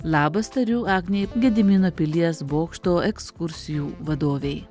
labas tariu agnei gedimino pilies bokšto ekskursijų vadovei